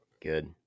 Good